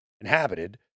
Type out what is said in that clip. inhabited